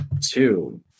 two